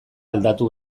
aldatu